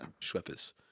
Schweppes